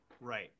Right